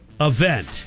event